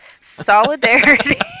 Solidarity